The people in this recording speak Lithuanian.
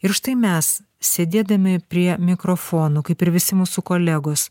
ir štai mes sėdėdami prie mikrofonų kaip ir visi mūsų kolegos